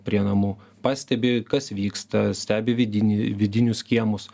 prie namų pastebi kas vyksta stebi vidinį vidinius kiemus